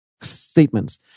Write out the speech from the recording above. statements